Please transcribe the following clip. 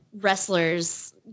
wrestlers